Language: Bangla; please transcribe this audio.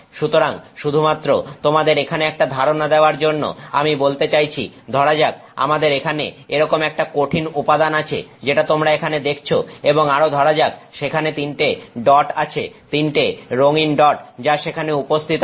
সুতরাং শুধুমাত্র তোমাদের এখানে একটা ধারণা দেওয়ার জন্য আমি বলতে চাইছি ধরা যাক আমাদের এখানে এরকম একটা কঠিন উপাদান আছে যেটা তোমরা এখানে দেখছো এবং আরো ধরা যাক সেখানে 3 টে ডট আছে 3 টে রঙিন ডট যা সেখানে উপস্থিত আছে